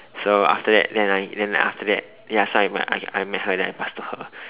so after that then I then after that ya so I met I I met her then I pass to her